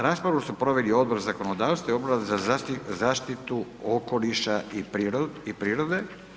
Raspravu su proveli Odbor za zakonodavstvo i Odbor za zaštitu okoliša i prirode.